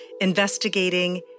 investigating